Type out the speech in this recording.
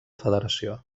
federació